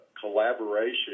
collaboration